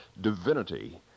divinity